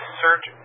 search